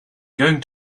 going